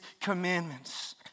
commandments